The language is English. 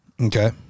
Okay